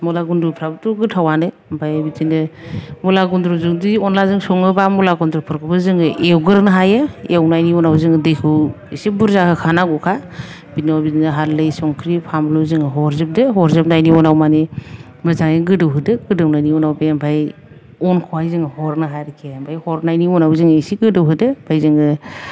मुला गुनद्रुफ्राबोथ' गोथावानो ओमफ्राय बिदिनो मुला गुनद्रुजोंदि अलाजों सङोबा मुला गुनद्रुऱफोरखौबो जोङो एवगोरनो हायो एवनायनि उनाव जोङो दैखौ ओसे बुरजा होखानांगौखा बिनि उनाव हाल्डै संख्रि फानलु हरजोबदो हरजोबनायनि उनाव मानि मोजाङै गोदौहोदो गोदौनायनि उनाव बेनिफ्राय अनखौहाय हरनो हायो आरोखि ओमफ्राय हरनायनि उनाव जोङो एसे गोदौहोदो ओमफ्राय जोङो